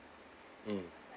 mm